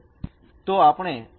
તો આપણે આ ચોક્કસ મેળવીએ છીએ